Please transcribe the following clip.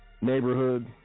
neighborhood